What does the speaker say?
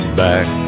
back